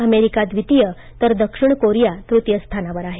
America द्वितीय तर दक्षिण कोरिया तृतीय स्थानावर आहे